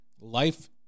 life